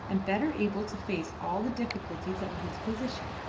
and better able to face all the difficulties of his position.